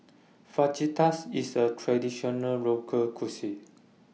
Fajitas IS A Traditional Local Cuisine